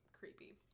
creepy